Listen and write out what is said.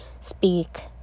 speak